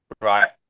right